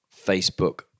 Facebook